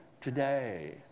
today